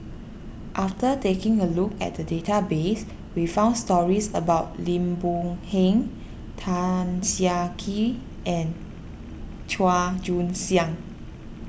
after taking a look at the database we found stories about Lim Boon Heng Tan Siah Kwee and Chua Joon Siang